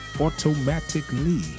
automatically